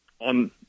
on